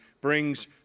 brings